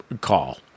call